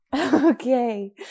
Okay